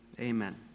amen